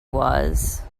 was